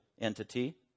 entity